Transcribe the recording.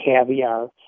caviar